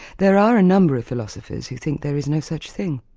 there are a number of philosophers who think there is no such thing,